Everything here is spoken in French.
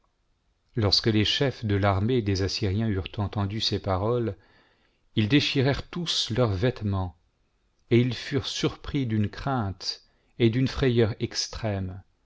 lorsque les chefs de l'armée des assyriens eurent entendu ces paroles ils déchirèrent tous leurs vêtements et ils furent surpris d'une crainte et d'une frayeur extrêmes